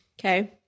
Okay